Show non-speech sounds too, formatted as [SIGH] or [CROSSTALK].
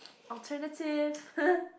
alternative [LAUGHS]